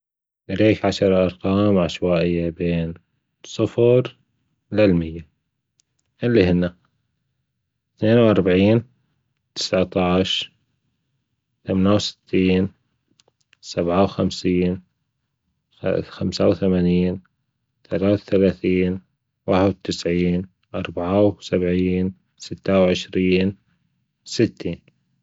إليك عشر أرققام عشوائية بين صفر للميه إللى هنا اتنين واربعين تسعتاش ثمان وستنين سبعة وخمسين خمسة وثمانين ثلاث وثلاثين واحد وتسعين أربعة وسبعين ستة وعشرين ستة.